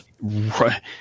right